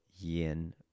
yin